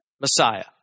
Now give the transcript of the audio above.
Messiah